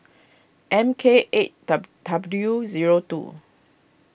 M K eight W zero two